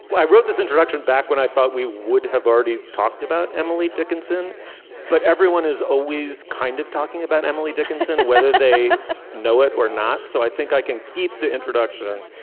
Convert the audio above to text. i wrote this introduction back when i thought we would have already talked about emily dickinson but everyone is always kind of talking about emily dickinson whether they know it or not. so i think i can keep the introduction.